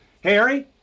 Harry